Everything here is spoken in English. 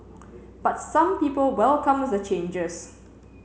but some people welcome the changes